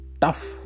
tough